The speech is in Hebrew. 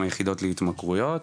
עם היחידות להתמכרויות.